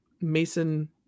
Mason